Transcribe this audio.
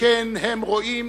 שכן הם רואים